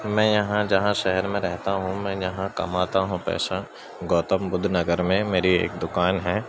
میں یہاں جہاں شہر میں رہتا ہوں میں یہاں کماتا ہوں پیسہ گوتم بدھ نگر میں میری ایک دکان ہے